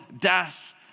death